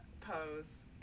Pose